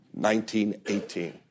1918